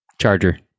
Charger